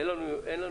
אין לנו בעיה,